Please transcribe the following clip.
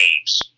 games